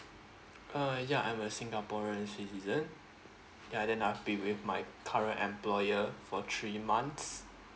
uh ya I'm a singaporean citizen ya then I'll be with my current employer for three months